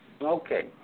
okay